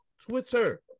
Twitter